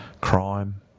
crime